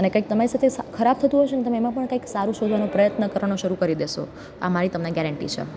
અને કંઈક તમારી સાથે ખરાબ થતું હશે ને તમે એમાં પણ કંઈક સારું શોધવાનો પ્રયત્ન કરવાનું શરૂ કરી દેશો આ મારી તમને ગેરંટી છે